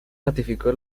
ratificó